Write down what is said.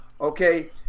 Okay